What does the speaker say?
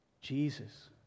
Jesus